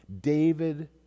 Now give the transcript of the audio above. David